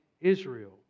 Israel